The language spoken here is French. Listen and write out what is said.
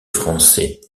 français